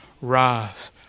rise